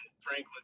Franklin